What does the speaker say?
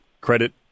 Credit